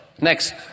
Next